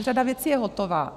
Řada věcí je hotová.